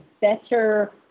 better